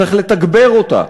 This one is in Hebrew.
צריך לתגבר אותה.